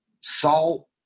salt